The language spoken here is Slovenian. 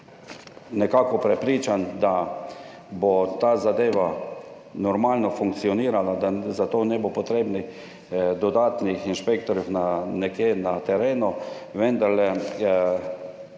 nekako prepričan, da bo ta zadeva normalno funkcionirala, da za to ne bo potrebnih dodatnih inšpektorjev na terenu, je vendarle